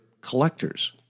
collectors